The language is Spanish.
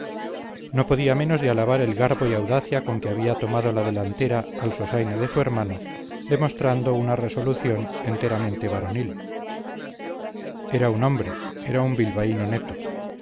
no podía menos de alabar el garbo y audacia con que había tomado la delantera al sosaina de su hermano demostrando una resolución enteramente varonil era un hombre era un bilbaíno neto